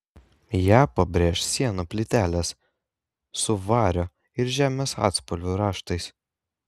ją pabrėš sienų plytelės su vario ir žemės atspalvių raštais